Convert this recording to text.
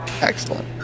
Excellent